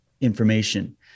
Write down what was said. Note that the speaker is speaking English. information